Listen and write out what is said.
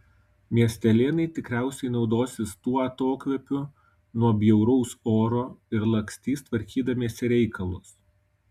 miestelėnai tikriausiai naudosis tuo atokvėpiu nuo bjauraus oro ir lakstys tvarkydamiesi reikalus